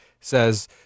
says